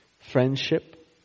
friendship